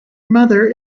mother